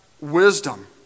wisdom